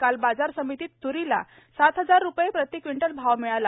काल बाजार समितीत तुरीला सात हजार रुपये प्रति क्विंटल भाव मिळाला